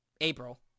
April